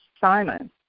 Simon